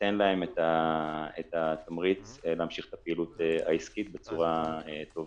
וייתן להם את התמריץ להמשיך את הפעילות העסקית בצורה טובה.